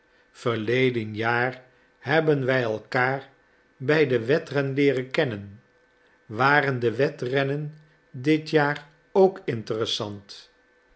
verleden jaar hebben wij elkaar bij den wedren leeren kennen waren de wedrennen dit jaar ook interessant